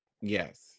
Yes